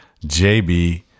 JB